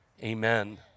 Amen